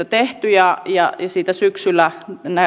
tehty ja ja siinä syksyllä